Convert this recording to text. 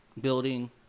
building